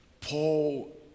Paul